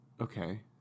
Okay